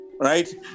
right